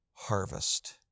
Harvest